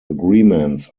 agreements